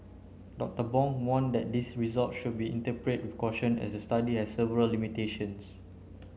Doctor Bong warned that these results should be interpreted with caution as the study has several limitations